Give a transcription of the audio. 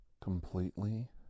completely